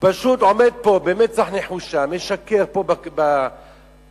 פשוט עומד פה במצח נחושה, משקר פה בכנסת,